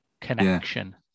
connection